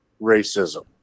racism